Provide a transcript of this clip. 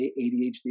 ADHD